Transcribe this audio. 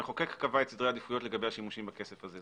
המחוקק קבע את סדרי העדיפויות לגבי השימושים בכסף הזה.